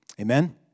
amen